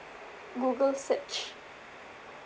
Google search